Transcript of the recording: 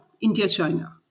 India-China